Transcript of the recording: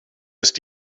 ist